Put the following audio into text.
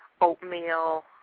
oatmeal